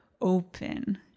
open